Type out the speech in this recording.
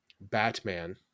Batman